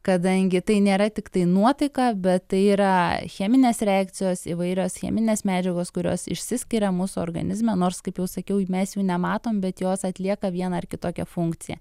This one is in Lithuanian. kadangi tai nėra tiktai nuotaika bet tai yra cheminės reakcijos įvairios cheminės medžiagos kurios išsiskiria mūsų organizme nors kaip jau sakiau mes jų nematom bet jos atlieka vieną ar kitokią funkciją